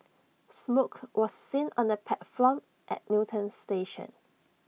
smoke was seen on the platform at Newton station